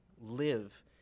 live